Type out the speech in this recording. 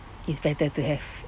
is better to have